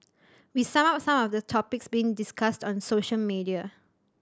we sum up some of the topics being discussed on social media